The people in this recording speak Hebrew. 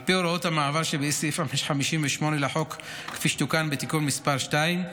על פי הוראות המעבר שבסעיף 58 לחוק כפי שתוקן בתיקון מס' 2,